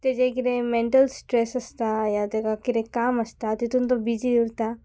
तेजें कितें mental stress आसता या तेका कितें काम आसता तितून तो बिजी उरता